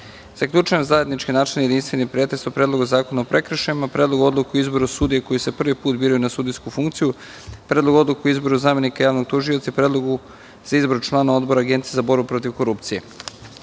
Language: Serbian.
repliku. Zaključujem zajednički načelni i jedinstveni pretres o Predlogu zakona o prekršajima, Predlogu odluke o izboru sudija koji se prvi put biraju na sudijsku funkciju, Predlogu odluke o izboru zamenika javnog tužioca i Predlogu za izbor članova Odbora Agencije za borbu protiv korupcije. Prelazimo